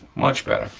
much better.